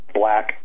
black